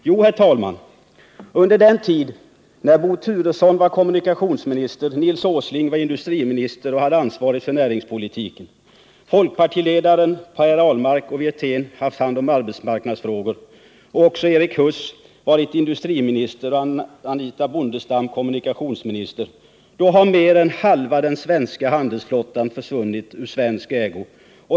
Ja, herr talman, under den tid då Bo Turesson var kommunikationsminister, Nils Åsling industriminister och hade ansvaret för näringspolitiken, då folkpartiledaren Per Ahlmark och Rolf Wirtén hade hand om arbetsmarknadsfrågorna och under den tid då Erik Huss var industriminister och Anitha Bondestam kommunikationsminister har mer än halva svenska handelsflottan försvunnit ur svensk ägo.